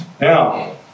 Now